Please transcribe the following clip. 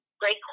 Great